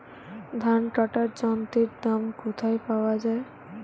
ধান কাটার যন্ত্রের দাম কোথায় পাওয়া যায়?